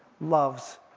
loves